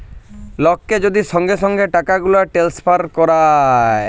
লককে যদি সঙ্গে সঙ্গে টাকাগুলা টেলেসফার ক্যরে